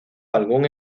algún